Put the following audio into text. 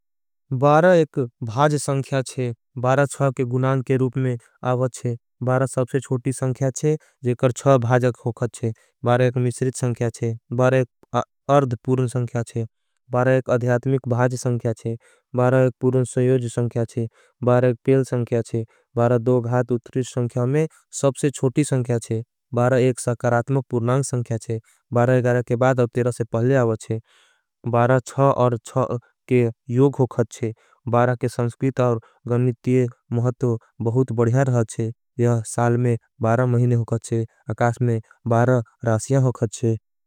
बारा एक भाज संख्या छे बारा छव के गुणान के रूप में आवच्छे। बारा सबसे छोटी संख्या छे जेकर छव भाजक होखत छे बारा। एक मिश्रित संख्या छे बारा एक अर्ध पूर्ण संख्या छे बारा एक। अध्यात्मिक भाज संख्या छे बारा एक सोयोजी संख्या छे। बारा एक पेल संख्या छे बारा दो घात उत्री संख्या में सबसे। छोटी संख्या छे बारा एक सक्रात्मक पूर्णांग संख्या छे बारा। एगरा के बाद और तेरा से पहले आवच्छे बारा छव। और छव के योग होखत छे बारा के संस्क्र तर गनितिये। महतो बहुत बड़िया रहचे यह साल में बारा महीने। होखत छे अकास में बारा रासिया होखत छे।